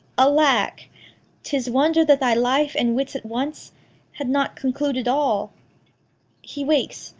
alack! tis wonder that thy life and wits at once had not concluded all he wakes.